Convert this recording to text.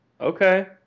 okay